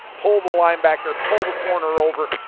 pull the linebacker, pull the corner over,